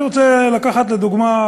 אני רוצה לקחת לדוגמה,